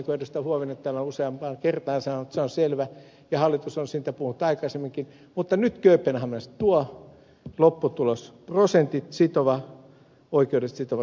huovinen täällä on useampaan kertaan sanonut se on selvä ja hallitus on siitä puhunut aikaisemminkin mutta nyt kööpenhaminassa tuo lopputulos prosentit oikeudellisesti sitova sopimus on keskeinen